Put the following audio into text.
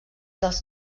dels